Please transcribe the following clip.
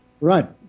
Right